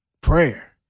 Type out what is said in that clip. Prayer